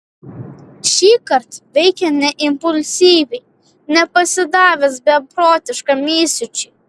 šįkart veikė ne impulsyviai ne pasidavęs beprotiškam įsiūčiui